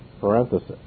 parenthesis